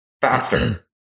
faster